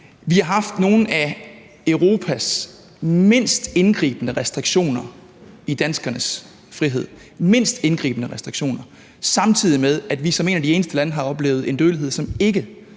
Vi har haft nogle af Europas mindst indgribende restriktioner – mindst indgribende restriktioner – i danskernes frihed, samtidig med at vi som et af de eneste lande har oplevet en dødelighed, som ikke